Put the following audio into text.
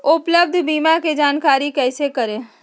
उपलब्ध बीमा के जानकारी कैसे करेगे?